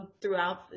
throughout